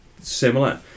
similar